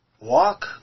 walk